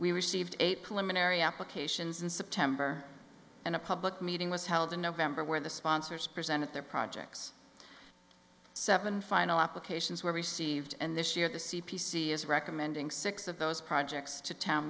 we received a preliminary applications in september and a public meeting was held in november where the sponsors presented their projects seven final applications were received and this year the c p c is recommending six of those projects to town